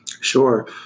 Sure